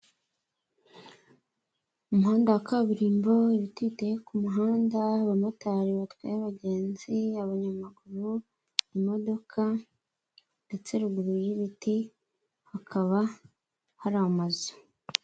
Umuhanda wa kaburimbo, ibiti biteye ku muhanda, abamotari batwaye abagenzi, abanyamaguru, imodoka, ndetse ruguru y'ibiti hakaba hari amazu.